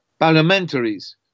Parliamentaries